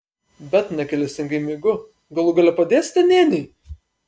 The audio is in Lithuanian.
bet negailestingai mygu galų gale padėsite nėniui